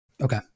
Okay